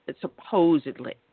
supposedly